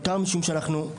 אני לא בטוחה שזה נימוק מיוחד.